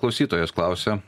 klausytojas klausia